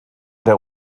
der